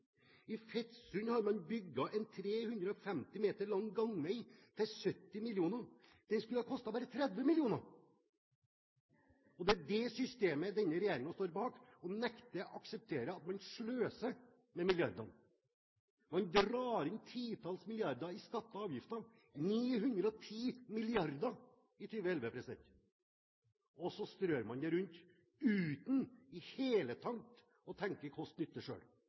I Fetsund har man bygd en 350 m lang gangvei til 70 mill. kr. Den skulle ha kostet bare 30 mill. kr! Det er det systemet denne regjeringen står bak, og den nekter å akseptere at den sløser med milliardene. Man drar inn titalls milliarder i skatter og avgifter – 910 mrd. kr i 2011 – og så strør man dem rundt uten i det hele tatt å tenke